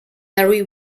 mary